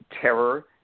terror